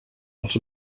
els